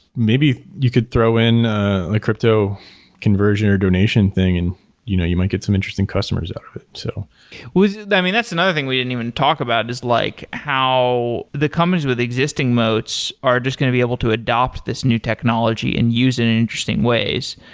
maybe you could throw in a crypto conversion or donation thing and you know you might get some interesting customers out of it so i mean, that's another thing we didn't even talk about, is like how the companies with existing moats are just going to be able to adopt this new technology and use it in interesting ways,